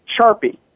sharpie